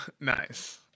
Nice